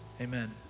Amen